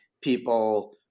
people